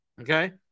Okay